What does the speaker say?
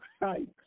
right